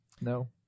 No